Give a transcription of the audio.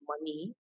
money